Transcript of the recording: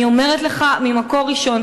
אני אומרת לך ממקור ראשון,